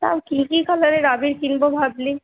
তাও কী কী কালারের আবির কিনব ভাবলি